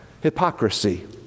Hypocrisy